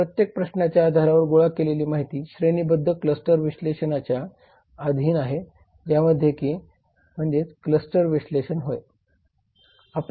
वरील प्रत्येक प्रश्नाच्या आधारवर गोळा केलेली माहितीही श्रेणीबद्ध क्लस्टर विश्लेषणाच्या अधीन आहे ज्यामध्ये के म्हणजे क्लस्टर विश्लेषण होय